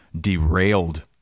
derailed